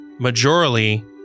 majorly